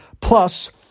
Plus